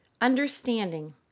understanding